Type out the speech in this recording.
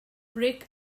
break